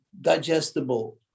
digestible